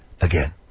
again